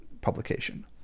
publication